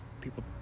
people